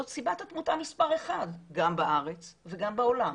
זאת סיבת התמותה מספר אחד גם בארץ וגם בעולם.